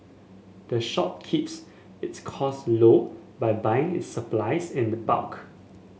the shop keeps its cost low by buying its supplies in the bulk